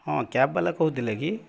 ହଁ କ୍ୟାବ୍ବାଲା କହୁଥିଲେ କି